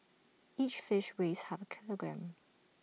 each fish weighs half A kilogram